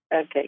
Okay